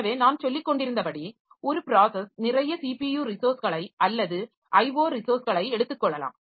எனவே நான் சொல்லிக்கொண்டிருந்தபடி ஒரு ப்ராஸஸ் நிறைய ஸிபியு ரிசோர்ஸ்களை அல்லது IO ரிசோர்ஸ்களை எடுத்துக் கொள்ளலாம்